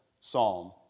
psalm